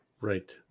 Right